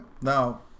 Now